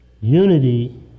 Unity